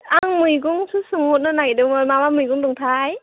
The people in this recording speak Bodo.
आं मैगंसो सोंहरनो नागिरदोंमोन मा मा मैगं दंथाय